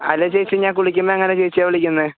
അല്ല ചേച്ചി ഞാൻ കുളിക്കുമ്പോൾ എങ്ങനെയാണ് ചേച്ചിയെ വിളിക്കുന്നത്